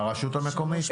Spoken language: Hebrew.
לרשות המקומית.